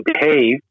behave